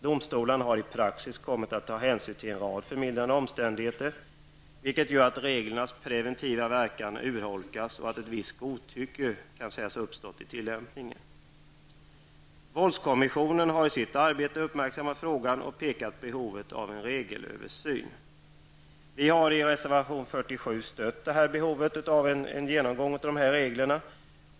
Domstolarna har i praxis kommit att ta hänsyn till en rad förmildrande omständigheter, vilket gör att reglernas preventiva verkan urholkas och att ett visst godtycke kan sägas ha uppstått i tillämpningen. Våldskommissionen har i sitt arbete uppmärksammat frågan och pekat på behovet av en regelöversyn. I reservation 47 stödjer vi behovet av en genomgång av reglerna.